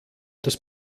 das